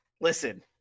Listen